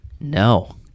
No